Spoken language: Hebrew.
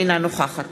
אינה נוכחת